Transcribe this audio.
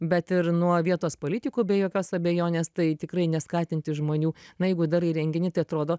bet ir nuo vietos politikų be jokios abejonės tai tikrai neskatinti žmonių na jeigu darai renginį tai atrodo